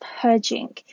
purging